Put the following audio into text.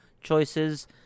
choices